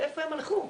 לאיפה הם הלכו?